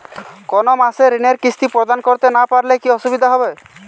কোনো মাসে ঋণের কিস্তি প্রদান করতে না পারলে কি অসুবিধা হবে?